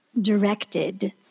directed